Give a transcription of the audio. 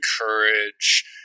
encourage